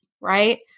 Right